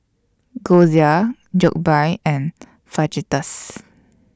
Gyoza Jokbal and Fajitas